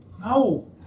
No